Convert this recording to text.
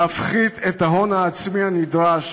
להפחית את ההון העצמי הנדרש